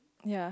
ya